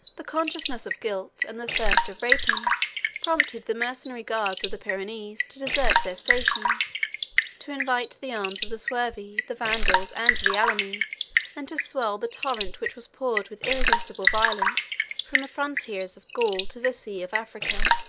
the consciousness of guilt, and the thirst of rapine, prompted the mercenary guards of the pyrenees to desert their station to invite the arms of the suevi, the vandals, and the alani and to swell the torrent which was poured with irresistible violence from the frontiers of gaul to the sea of africa.